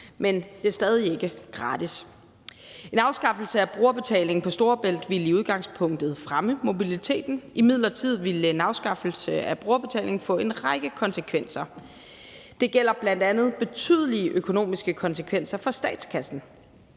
Men det er stadig ikke gratis. En afskaffelse af brugerbetaling på Storebælt ville i udgangspunktet fremme mobiliteten. Imidlertid ville en afskaffelse af brugerbetaling få en række konsekvenser. Det gælder bl.a. betydelige økonomiske konsekvenser for statskassen.